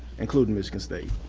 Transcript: including michigan state.